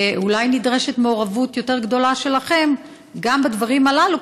ואולי נדרשת מעורבות יותר גדולה שלכם גם בדברים הללו,